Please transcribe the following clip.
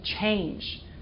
change